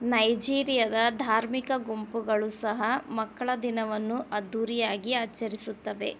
ನೈಜೀರಿಯದ ಧಾರ್ಮಿಕ ಗುಂಪುಗಳು ಸಹ ಮಕ್ಕಳ ದಿನವನ್ನು ಅದ್ಧೂರಿಯಾಗಿ ಆಚರಿಸುತ್ತವೆ